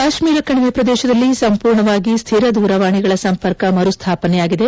ಕಾಶ್ನೀರ ಕಣಿವೆ ಪ್ರದೇಶದಲ್ಲಿ ಸಂಪೂರ್ಣವಾಗಿ ಸ್ವಿರ ದೂರವಾಣಿಗಳ ಸಂಪರ್ಕ ಮರು ಸ್ವಾಪನೆಯಾಗಿದೆ